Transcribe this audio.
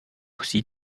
aussi